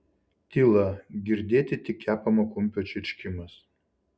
tyla girdėti tik kepamo kumpio čirškimas